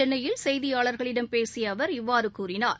சென்னையில் செய்தியாளர்களிடம் பேசிய அவர் இவ்வாறு கூறினார்